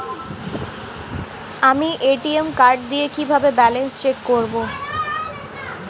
আমি ATM card দিয়ে কিভাবে ব্যালেন্স চেক করব?